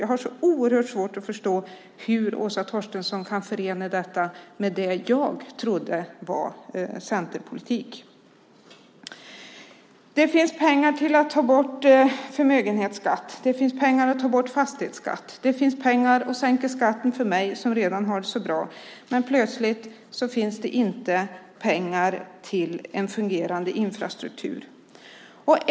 Jag har oerhört svårt att förstå hur Åsa Torstensson kan förena det med det jag trodde var centerpolitik. Det finns pengar till att ta bort förmögenhetsskatt. Det finns pengar till att ta bort fastighetsskatt. Det finns pengar till att sänka skatten för mig som redan har det så bra. Men plötsligt finns det inte pengar till en fungerande infrastruktur.